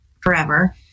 forever